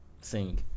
sing